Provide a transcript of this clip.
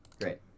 great